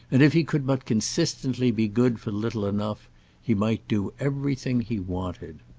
and if he could but consistently be good for little enough he might do everything he wanted.